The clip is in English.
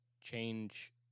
change